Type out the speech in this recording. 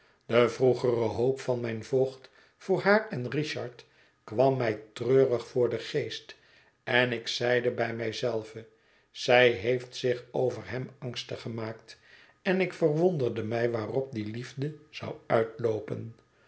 de vroegere hoop van mijn voogd voor haar en richard kwam mij treurig voor den geest en ik zeide bij mij zelve zij heeft zich over hem angstig gemaakt en ik verwonderde mij waarop die liefde zou uitloopen